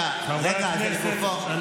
התייחס אלינו בחוסר כבוד.